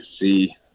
see